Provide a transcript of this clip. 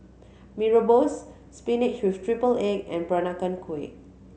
Mee Rebus spinach with triple egg and Peranakan Kueh